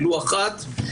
ולו אחת,